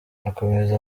akomeza